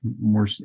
more